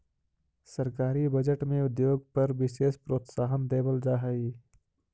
सरकारी बजट में उद्योग पर विशेष प्रोत्साहन देवल जा हई